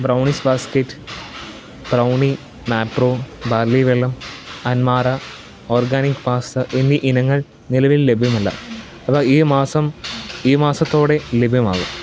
brownies basket brownie Mapro barley വെള്ളം അൻമാറ organic pasta എന്നീ ഇനങ്ങൾ നിലവിൽ ലഭ്യമല്ല ഇവ ഈ മാസം ഈ മാസത്തോടെ ലഭ്യമാകും